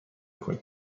کنیم